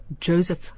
Joseph